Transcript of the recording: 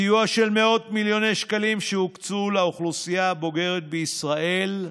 סיוע של מאות מיליוני שקלים שהוקצו לאוכלוסייה הבוגרת בישראל,